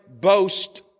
boast